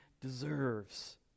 deserves